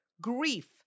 grief